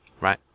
right